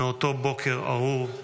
מאותו בוקר ארור,